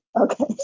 okay